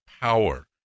power